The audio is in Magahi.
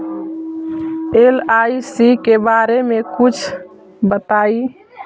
एल.आई.सी के बारे मे कुछ बताई?